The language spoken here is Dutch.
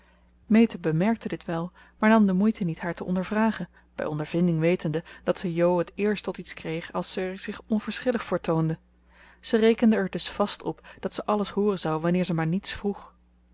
meta bemerkte dit wel maar nam de moeite niet haar te ondervragen bij ondervinding wetende dat ze jo het eerst tot iets kreeg als ze er zich onverschillig voor toonde ze rekende er dus vast op dat ze alles hooren zou wanneer ze maar niets vroeg